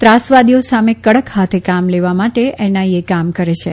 ત્રાસવાદીઓ સામે કડક હાથે કામ લેવા માટે એનઆઇએ કામ કરે છે